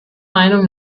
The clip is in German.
meinung